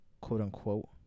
quote-unquote